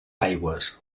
aigües